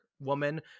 woman